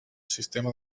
sistema